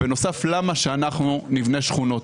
בנוסף, למה שאנחנו נבנה שכונות?